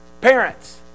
parents